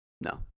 No